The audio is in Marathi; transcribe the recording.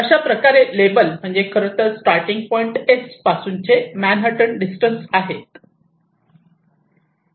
अशाप्रकारे हे लेबल म्हणजे खरेतर स्टार्टिंग पॉईंट S पासूनचे मॅनहॅटन डिस्टन्स आहेत